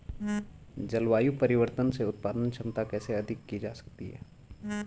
जलवायु परिवर्तन से उत्पादन क्षमता कैसे अधिक की जा सकती है?